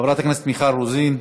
חברת הכנסת מיכל רוזין,